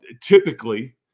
typically